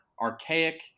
archaic